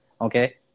Okay